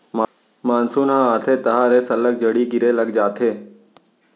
monsoon ह आथे तहॉं ले सल्लग झड़ी गिरे लग जाथे